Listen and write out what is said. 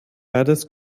beides